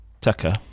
Tucker